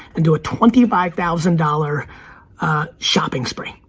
and do a twenty five thousand dollars shopping spree.